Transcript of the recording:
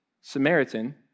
Samaritan